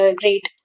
great